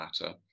matter